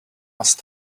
last